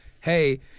hey